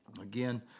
Again